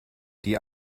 die